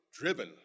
driven